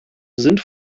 sind